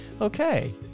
okay